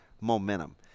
momentum